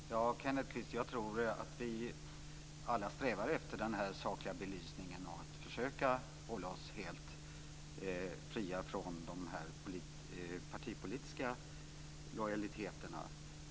Fru talman och Kenneth Kvist! Jag tror att vi alla strävar efter denna sakliga belysning och efter att hålla oss helt fria från de partipolitiska lojaliteterna.